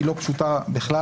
היא לא פשוטה בכלל.